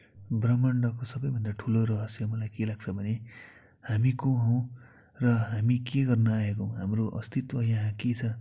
ब्रह्माण्डको सबैभन्दा ठुलो रहस्य मलाई के लाग्छ भने हामी को हौँ र हामी के गर्न आएका हौँ हाम्रो अस्तित्व यहाँ के छ